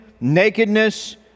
nakedness